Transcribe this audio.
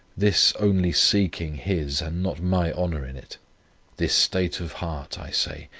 this only seeking his and not my honour in it this state of heart, i say,